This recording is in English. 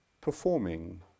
performing